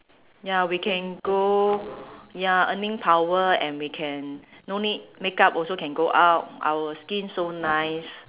ya we can go ya earning power and we can no need makeup also can go out our skin so nice